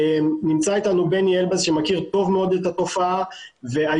נמצא איתנו בני אלבז שמכיר טוב מאוד את התופעה והיום